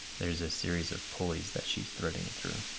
there's a series of pulleys that she's threading it through.